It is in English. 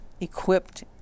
equipped